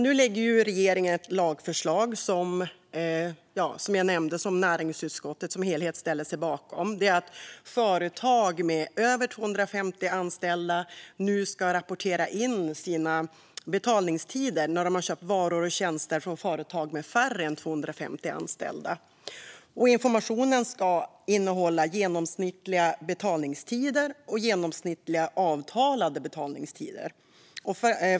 Nu lägger regeringen fram ett lagförslag som näringsutskottet som helhet ställer sig bakom, som jag nämnde. Förslaget innebär att företag med över 250 anställda ska rapportera in sina betalningstider när de har köpt varor och tjänster från företag med färre än 250 anställda. Informationen ska innehålla genomsnittliga betalningstider och genomsnittliga avtalade betalningstider.